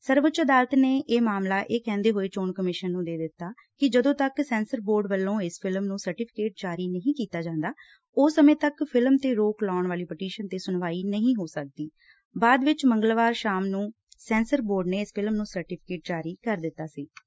ਸਰਵਉੱਚ ਅਦਾਲਤ ਨੇ ਇਹ ਮਾਮਲਾ ਇਹ ਕਹਿੰਦੇ ਹੋਏ ਚੋਣ ਕਮਿਸ਼ਨ ਨੂੰ ਦੇ ਦਿੱਤਾ ਕਿ ਜਦੋਂ ਤੱਕ ਸੈਂਸਰ ਬੋਰਡ ਵੱਲੋਂ ਇਸ ਫਿਲਮ ਨੂੰ ਸਰਟੀਫੀਕੇਟ ਜਾਰੀ ਨਹੀਂ ਕੀਤਾ ਜਾਂਦਾ ਉਸ ੱਸਮੇਂ ਤੱਕ ਫਿਲਮ ਤੇ ਰੋਕ ਲਾਉਣ ਵਾਲੀ ਪਟੀਸ਼ਨ ਤੇ ਸੁਣਵਾਈ ਨਹੀਂ ਹੋ ਸਕਦੀ ਬਾਅਦ ਵਿਚ ਮੰਗਲਵਾਰ ਸ਼ਾਮ ਨੂੰ ਸੈਂਸਰ ਬੋਰਡ ਨੇ ਫਿਲਮ ਨੁੰ ਸਰਟੀਫੀਕੇਟ ਜਾਰੀ ਕਰ ਦਿੱਤੈ